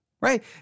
right